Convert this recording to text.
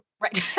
Right